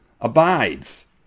abides